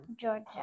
Georgia